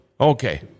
okay